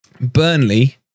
Burnley